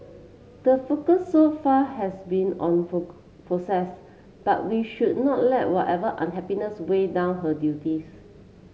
the focus so far has been on process but we should not let whatever unhappiness weigh down her duties